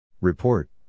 Report